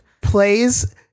plays